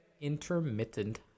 intermittent